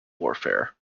warfare